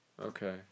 okay